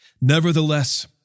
Nevertheless